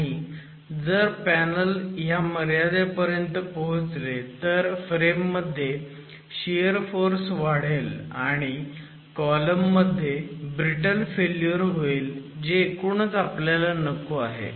आणि जर पॅनल ह्या मर्यादेपर्यंत पोहोचले तर फ्रेम मध्ये शियर फोर्स वाढेल आणि कॉलम मध्ये ब्रिटल फेल्युअर होईल जे एकूणच आपल्याला नको आहे